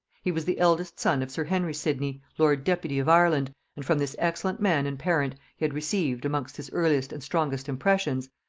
he was the eldest son of sir henry sidney, lord-deputy of ireland, and from this excellent man and parent he had received, amongst his earliest and strongest impressions,